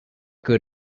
good